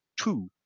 two